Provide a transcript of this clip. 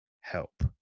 help